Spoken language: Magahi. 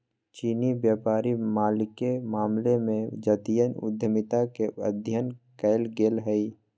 चीनी व्यापारी मालिके मामले में जातीय उद्यमिता के अध्ययन कएल गेल हइ